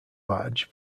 large